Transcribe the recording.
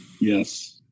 Yes